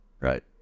right